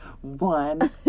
One